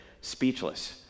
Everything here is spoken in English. speechless